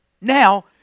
Now